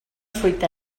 fruita